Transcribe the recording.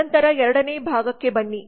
ನಂತರ ಎರಡನೇ ಭಾಗಕ್ಕೆ ಬನ್ನಿ